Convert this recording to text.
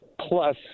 Plus